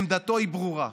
עמדתו היא ברורה: